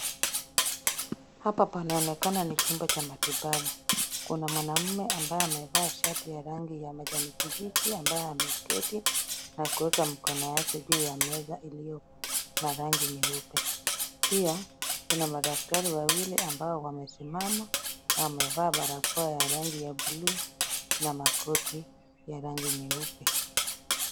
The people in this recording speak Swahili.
Hapa panaonekana ni chumba cha matibabu. Kuna mwanaume ambaye amevaa shati ya rangi ya kijani kibichi ambaye ameketi na kuweka mkono wake juu ya meza iliyo na rangi nyeupe. Pia Kuna madaktari wawili ambao wamesimama wamevaa barakoa ya rangi ya buluu na makoti ya rangi nyeupe.